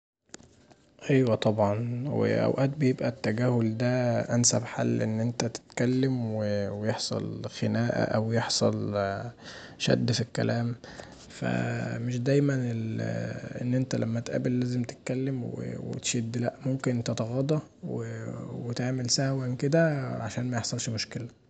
أيوه طبعا، واوقات التجاهل دا بيبقي انسب حل ان انت تتكلم ويحصل خناقه او يحصل شد في الكلام فمش دايما ان انت لما تقابل لازم تتكلم وتشد لا انت ممكن تتغاضي وتعمل سهوا كدا عشان ميحصلش مشكله.